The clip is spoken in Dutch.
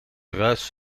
ruis